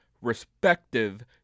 respective